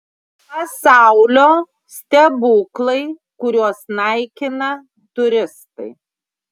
pasaulio stebuklai kuriuos naikina turistai